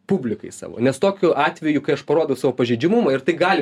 publikai savo nes tokiu atveju kai aš parodau savo pažeidžiamumą ir tai gali